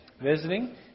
visiting